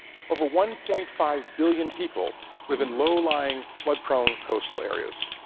over one point five billion people live in low-lying, flood-prone coastal areas.